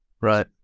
right